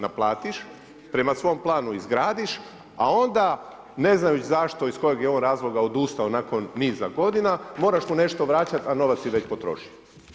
Naplatiš, prema svom planu izgradiš, a onda ne znajući zašto iz kojeg je on razloga odustao nakon niza godina, moraš mu nešto vraćati, a novac si već potrošio.